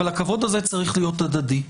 אבל הכבוד הזה צריך להיות הדדי.